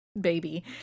baby